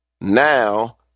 now